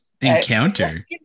encounter